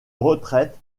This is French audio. retraite